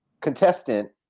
contestant